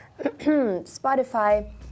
Spotify